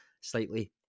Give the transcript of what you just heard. slightly